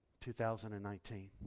2019